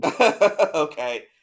okay